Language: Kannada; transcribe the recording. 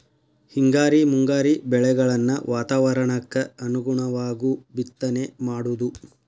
ಹಿಂಗಾರಿ ಮುಂಗಾರಿ ಬೆಳೆಗಳನ್ನ ವಾತಾವರಣಕ್ಕ ಅನುಗುಣವಾಗು ಬಿತ್ತನೆ ಮಾಡುದು